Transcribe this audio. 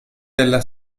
della